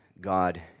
God